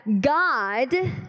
God